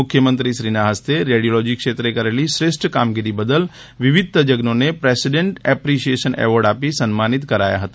મુખ્યમંત્રીશ્રીના હસ્તે રેડિયોલોજી ક્ષેત્રે કરેલી શ્રેષ્ઠ કામગીરી બદલ વિવિધ તજજ્ઞોને પ્રેસિડેન્ટ એપ્રિશિએશન એવોર્ડ આપી સન્માતિત કરાયા હતા